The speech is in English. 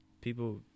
people